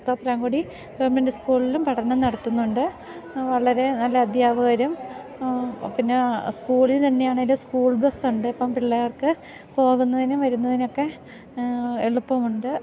Thopramkudy government സ്കൂളിലും പഠനം നടത്തുന്നുണ്ട് വളരെ നല്ല അദ്ധ്യാപകരും പിന്നെ സ്കൂളിൽ തന്നെയാണെങ്കിലും സ്കൂൾ ബസ്സുണ്ട് ഇപ്പം പിള്ളേർക്ക് പോകുന്നതിനും വരുന്നതിനൊക്കെ എളുപ്പമുണ്ട്